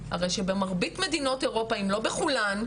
וגם מבחינת הנגשה של עבודת הוועדות עצמן.